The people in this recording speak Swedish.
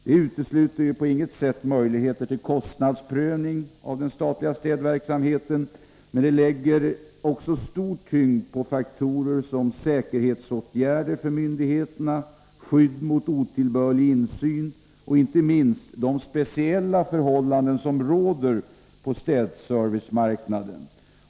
Det utesluter på inget sätt möjligheter till kostnadsprövning av den statliga städverksamheten, men det lägger stor vikt vid sådana faktorer som säkerhetsåtgärder för myndigheterna, skydd mot otillbörlig insyn och — inte minst — mot de speciella förhållanden som råder på städservicemarknaden.